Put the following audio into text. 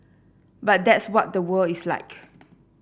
but that's what the world is like